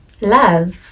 love